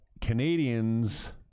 Canadians